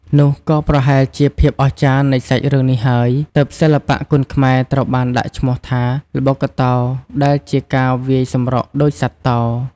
នោះក៏ប្រហែលជាភាពអស្ចារ្យនៃសាច់រឿងនេះហើយទើបសិល្បៈគុនខ្មែរត្រូវបានដាក់ឈ្មោះថា ល្បុក្កតោ ដែលជាការវាយសម្រុកដូចសត្វតោ។